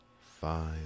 five